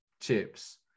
chips